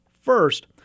First